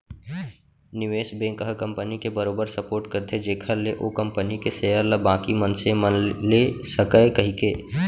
निवेस बेंक ह कंपनी के बरोबर सपोट करथे जेखर ले ओ कंपनी के सेयर ल बाकी मनसे मन ले सकय कहिके